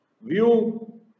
view